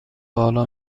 بالا